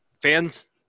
Fans